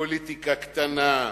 פוליטיקה קטנה,